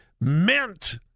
meant